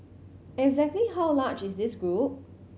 exactly how large is this group